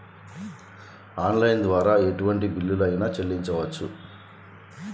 Online ద్వారా ఎటువంటి bill అయినా చెల్లించవచ్చా?